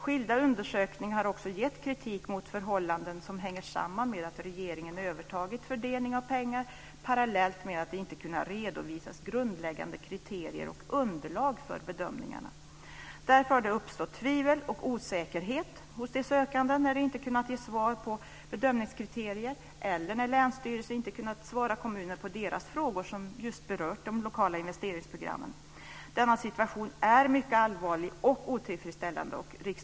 Skilda undersökningar har också utmynnat i kritik mot förhållanden som hänger samman med att regeringen har övertagit fördelning av pengar parallellt med att man inte har kunnat redovisa grundläggande kriterier och underlag för bedömningarna. Därför har det uppstått tvivel och osäkerhet hos de sökande när man inte kunnat ge svar på bedömningskriterier eller när länsstyrelser inte kunnat svara kommuner på deras frågor om de lokala investeringsprogrammen. Denna situation är mycket allvarlig och otillfredsställande.